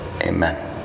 Amen